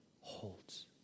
holds